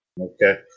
okay